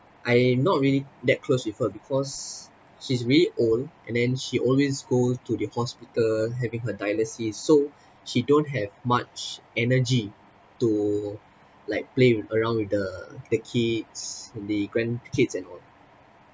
I not really that close with her because she's really old and then she always go to the hospital having her dialysis so she don't have much energy to like play around with the the kids the grandkids and all